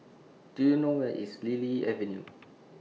Do YOU know Where IS Lily Avenue